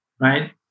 right